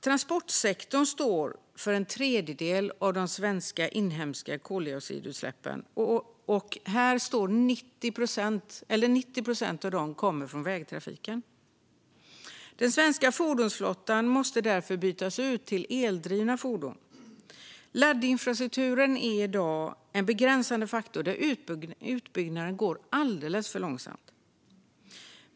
Transportsektorn står för en tredjedel av de svenska inhemska koldioxidutsläppen, och 90 procent av dessa kommer från vägtrafik. Den svenska fordonsflottan måste därför bytas ut till eldrivna fordon. Laddinfrastrukturen är i dag en begränsande faktor, då utbyggnaden går alldeles för långsamt.